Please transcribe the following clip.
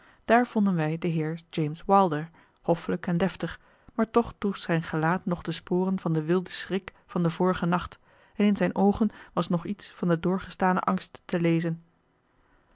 daar vonden wij den heer james wilder hoffelijk en deftig maar toch droeg zijn gelaat nog de sporen van den wilden schrik van den vorigen nacht en in zijn oogen was nog iets van den doorgestanen angst te lezen